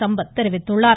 சம்பத் தெரிவித்துள்ளார்